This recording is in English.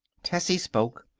tessie spoke,